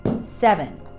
Seven